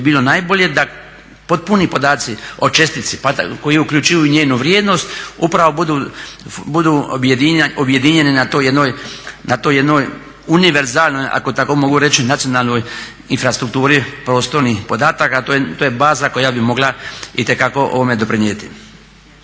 bilo najbolje da potpuni podaci o čestici koji uključuju njenu vrijednost upravo budu objedinjene na toj jednoj univerzalnoj, ako tako mogu reći, nacionalnoj infrastrukturi prostornih podataka. To je baza koja bi mogla itekako ovome doprinijeti.